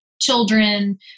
children